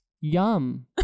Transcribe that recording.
yum